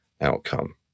outcome